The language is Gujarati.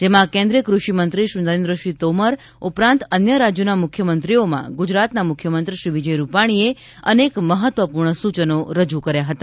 જેમાં કેન્દ્રીય ક્રષિ મંત્રી શ્રી નરેન્દ્રસિંહ તોમર ઉપરાંત અન્ય રાજ્યોના મુખ્યમંત્રીઓમાં ગુજરાતના મુખ્યમંત્રી શ્રી વિજય રૂપાણીએ અનેક મહત્વપૂર્ણ સૂચનો રજૂ કર્યા હતા